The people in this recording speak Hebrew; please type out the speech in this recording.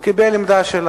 מה עמדת השר?